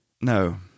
No